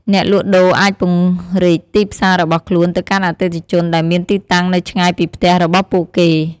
អ្នកលក់ដូរអាចពង្រីកទីផ្សាររបស់ខ្លួនទៅកាន់អតិថិជនដែលមានទីតាំងនៅឆ្ងាយពីផ្ទះរបស់ពួកគេ។